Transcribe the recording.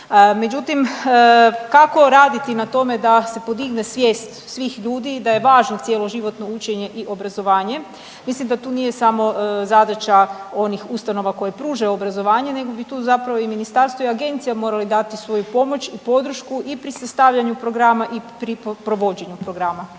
Međutim, kako raditi na tome da se podigne svijest svih ljudi i da je važno cjeloživotno učenje i obrazovanje. Mislim da tu nije samo zadaća onih ustanova koje pružanju obrazovanje, nego bi tu zapravo i Ministarstvo i Agencija morali dati svoju pomoć i podršku i pri sastavljanju programa i pri provođenju programa.